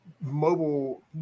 mobile